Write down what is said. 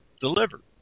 delivered